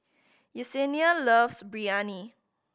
Yesenia loves Biryani